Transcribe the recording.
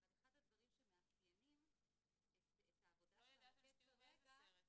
אבל אחד הדברים שמאפיינים את העבודה של המוקד כרגע